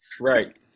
Right